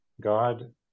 God